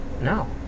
No